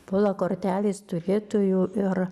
pola kortelės turėtojų ir